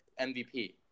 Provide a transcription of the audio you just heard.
MVP